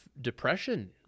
depression